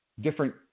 different